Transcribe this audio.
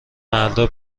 مردا